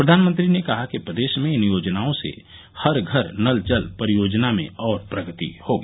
प्रधानमंत्री ने कहा कि प्रदेश में इन योजनाओं से हर घर नल जल परियोजना में और प्रगति होगी